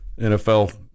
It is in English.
NFL